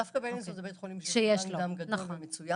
דווקא בלינסון זה בית חולים שיש בו בנק דם גדול ומצוין.